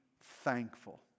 thankful